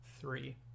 three